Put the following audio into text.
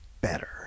better